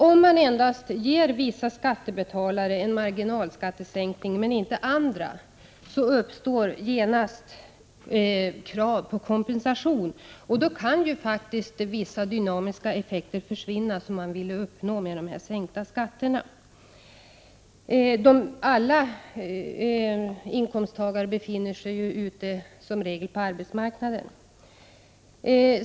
Om endast vissa skattebetalare får en marginalskattesänkning men inte andra uppstår genast krav på kompensation, och då kan vissa dynamiska effekter försvinna som man vill uppnå med sänkta skatter. Alla inkomsttagare befinner sig som regel ute på arbetsmarknaden.